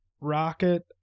rocket